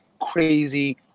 crazy